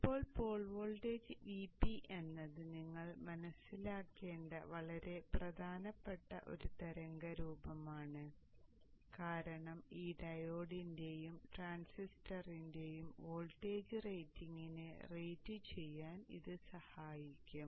ഇപ്പോൾ pole voltage VP എന്നത് നിങ്ങൾ മനസ്സിലാക്കേണ്ട വളരെ പ്രധാനപ്പെട്ട ഒരു തരംഗരൂപമാണ് കാരണം ഈ ഡയോഡിന്റെയും ട്രാൻസിസ്റ്ററിന്റെയും വോൾട്ടേജ് റേറ്റിംഗിനെ റേറ്റുചെയ്യാൻ ഇത് സഹായിക്കും